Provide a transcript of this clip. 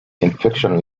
infection